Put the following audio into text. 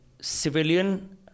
civilian